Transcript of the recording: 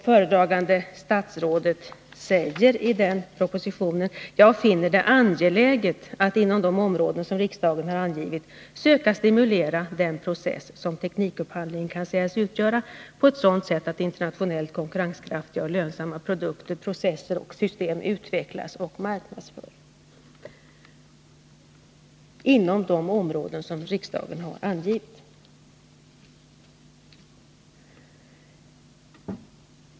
Föredragande statsrådet säger i den propositionen: ”Jag finner det angeläget att inom de områden som riksdagen har angivit söka stimulera den process som teknikupphandlingen kan sägas utgöra på ett sådant sätt att internationellt konkurrenskraftiga och lönsamma produkter, processer och system utvecklas och marknadsförs.” Herr talman!